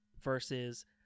Versus